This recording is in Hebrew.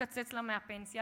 לקצץ לה מהפנסיה,